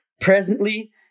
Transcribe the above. Presently